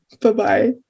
Bye-bye